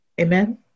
Amen